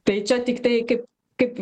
tai čia tiktai kaip kaip